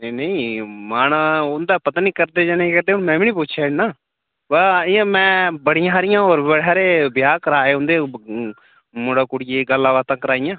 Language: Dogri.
ते नेईं मानां उं'दे पता निं करदे जां नेईं करदे में बी निं पुच्छेआ इन्ना बा हां इ'यां में बड़ियां हारियां होर बड़े हारे ब्याह् कराए उं'दे मुड़े कुड़िये दी गल्लां बातां कराइयां